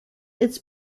its